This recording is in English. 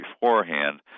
beforehand